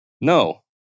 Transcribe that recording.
No